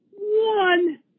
one